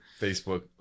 Facebook